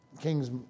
king's